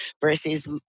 versus